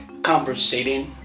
conversating